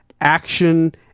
action